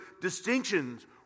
distinctions